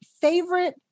favorite